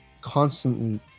constantly